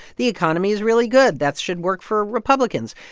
the economy is really good. that should work for republicans.